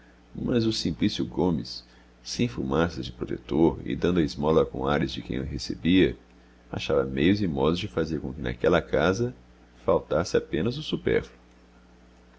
mas o simplício gomes sem fumaças de protetor e dando a esmola com ares de quem a recebia achava meios e modos de fazer com que naquela casa faltasse apenas o supérfluo